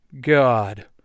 God